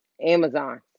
Amazon